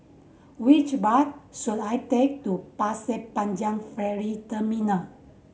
which bus should I take to Pasir Panjang Ferry Terminal